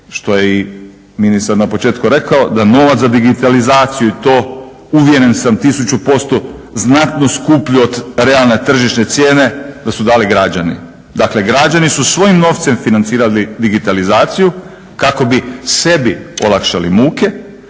što je i ministar na početku rekao da novac za digitalizaciju i to uvjeren sam 1000% znatno skuplju od realne tržišne cijene, da su dali građani. Dakle, građani su svojim novcem financirali digitalizaciju kako bi sebi olakšali muke,